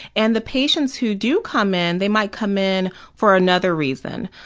and the patients who do come in, they might come in for another reason.